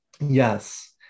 Yes